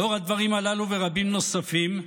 לנוכח הדברים הללו ורבים נוספים,